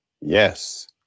Yes